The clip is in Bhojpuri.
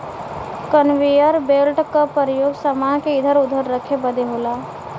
कन्वेयर बेल्ट क परयोग समान के इधर उधर रखे बदे होला